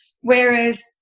Whereas